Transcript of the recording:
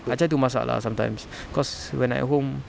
I try to masak lah sometimes cause when I'm at home